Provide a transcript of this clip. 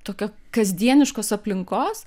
tokio kasdieniškos aplinkos